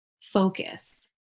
focus